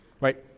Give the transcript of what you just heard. right